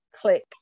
click